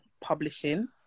publishing